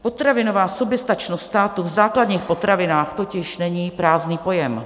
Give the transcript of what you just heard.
Potravinová soběstačnost státu v základních potravinách totiž není prázdný pojem.